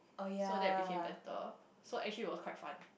so that became better so actually it was quite fun